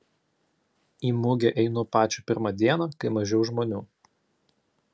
į mugę einu pačią pirmą dieną kai mažiau žmonių